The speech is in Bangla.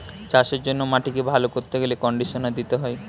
চাষের জন্য মাটিকে ভালো করতে গেলে কন্ডিশনার দিতে হয়